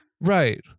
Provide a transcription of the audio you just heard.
Right